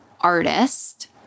artist